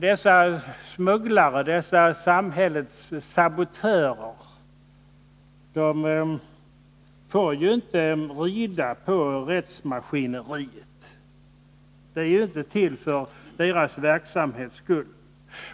Dessa smugglare, dessa samhällets sabotörer, får ju inte rida på rättsmaskineriet. Det är ju inte till för deras verksamhets skull.